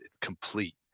complete